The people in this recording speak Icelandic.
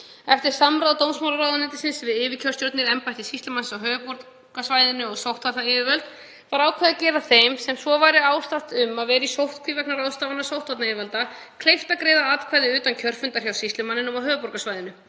Eftir samráð dómsmálaráðuneytisins við yfirkjörstjórnir, embætti sýslumannsins á höfuðborgarsvæðinu og sóttvarnayfirvöld var ákveðið að gera þeim, sem svo væri ástatt um að vera í sóttkví vegna ráðstafana sóttvarnayfirvalda, kleift að greiða atkvæði utan kjörfundar hjá sýslumanninum á höfuðborgarsvæðinu.